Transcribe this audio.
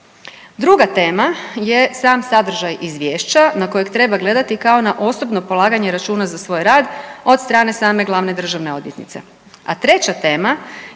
Druga tema je sam sadržaj izvješća na kojeg treba gledati kao na osobno polaganje računa za svoj rad o9d strane same glavne državne odvjetnice. A treća tema je